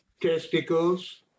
testicles